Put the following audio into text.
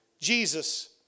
Jesus